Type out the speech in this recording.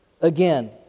again